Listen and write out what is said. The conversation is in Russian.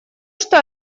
что